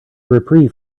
reprieve